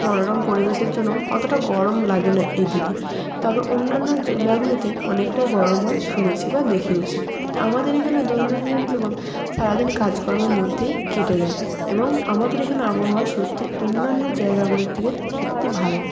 মনোরম পরিবেশের জন্য অতটা গরম লাগে না এদিকে তবে অন্যান্য জেলাগুলিতে অনেকটাই গরম হয় শুনেছি বা দেখেওছি তা আমাদের এইখানে দৈনন্দিন জীবন সারাদিন কাজকর্মের মধ্যেই কেটে যায় এবং আমাদের এখানে আবহাওয়া সত্যি অন্যান্য জায়গাগুলির থেকে সত্যি ভালো